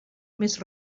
més